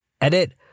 Edit